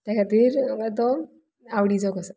त्या खातीर म्हाका तो आवडिचो कसो